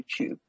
YouTube